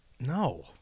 No